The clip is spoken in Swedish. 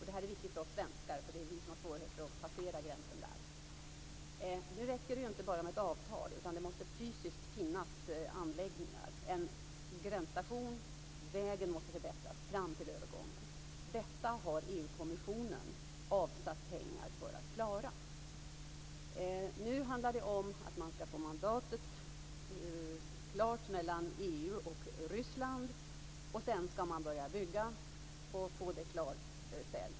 Det är viktigt för oss svenskar för det är vi som haft svårigheter att passera gränsen där. Det räcker inte bara med ett avtal, utan det måste fysiskt finnas anläggningar, en gränsstation. Vägen måste förbättras fram till övergången. Detta har EU kommissionen avsatt pengar för att klara. Nu handlar det om att få mandatet klart mellan EU och Ryssland. Sedan skall man börja bygga och få det klart.